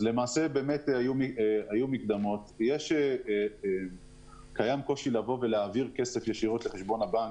היו מקדמות, קיים קושי להעביר כסף לחשבון הבנק,